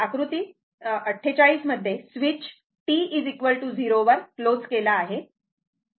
आकृती 48 मध्ये switch t 0 वर क्लोज्ड केला आहे